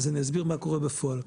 אז אני אסביר מה קורה בפועל,